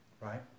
right